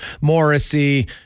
Morrissey